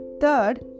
Third